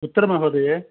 कुत्र महोदये